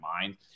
mind